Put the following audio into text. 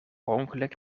ongeluk